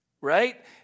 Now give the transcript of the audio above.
right